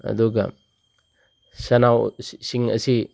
ꯑꯗꯨꯒ ꯁꯟꯅꯥꯎꯁꯤꯡ ꯑꯁꯤ